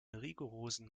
rigorosen